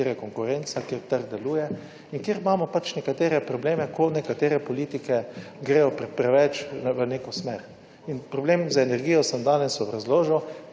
kjer je konkurenca, kjer trg deluje in kjer imamo pač nekatere probleme, ko nekatere politike gredo preveč v neko smer. Problem z energijo sem danes obrazložil: